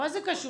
מה זה קשור?